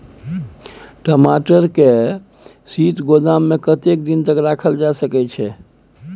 टमाटर के शीत गोदाम में कतेक दिन तक रखल जा सकय छैय?